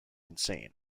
insane